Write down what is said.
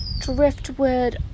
driftwood